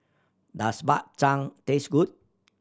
does Bak Chang taste good